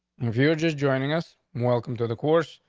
if you're just joining us, welcome to the course.